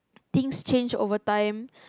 things change over time